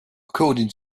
according